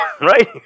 right